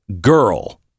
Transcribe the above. girl